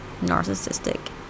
narcissistic